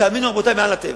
תאמינו, רבותי, מעל הטבע.